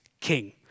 king